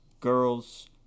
girls